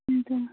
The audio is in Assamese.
সেইটো